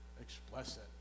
explicit